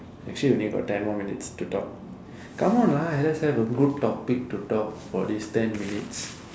actually we only got ten more minutes to talk come on lah let's have a good topic to talk for these ten minutes